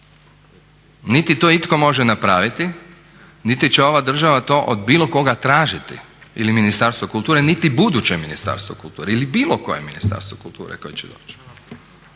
niti to itko može napraviti, niti će ova država to od bilo koga tražiti ili Ministarstvo kulture niti buduće Ministarstvo kulture ili bilo koje Ministarstvo kulture koje će doći.